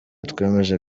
twemeje